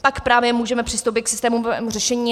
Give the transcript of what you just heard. Pak právě můžeme přistoupit k systémovému řešení.